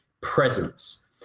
presence